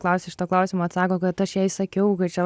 klausia šito klausimo atsako kad aš jai sakiau kad čia